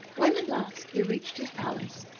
when at last, he reached his palace,